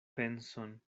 penson